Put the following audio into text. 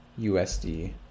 usd